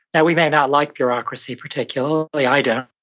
now, we may not like bureaucracy, particularly, i don't.